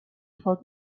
خواد